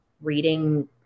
reading